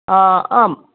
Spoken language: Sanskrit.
आम्